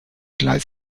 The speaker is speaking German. gleis